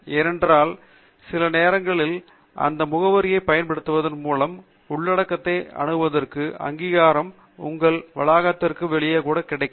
ஏனென்றால் சில நேரங்களில் அந்த முகவரியைப் பயன்படுத்துவதன் மூலம் உள்ளடக்கத்தை அணுகுவதற்கான அங்கீகாரம் உங்கள் வளாகதிற்கு வெளியே கூட கிடைக்கும்